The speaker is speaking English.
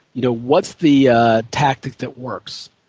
you know what's the tactic that works?